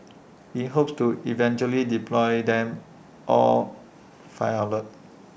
IT hopes to eventually deploy them all five outlets